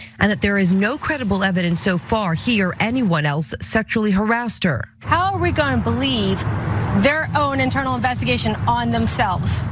and that there is no credible evidence so far here anyone else sexually harassed her. how are we gonna believe their own internal investigation on themselves?